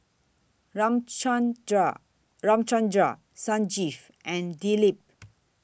Ramchundra Ramchundra Sanjeev and Dilip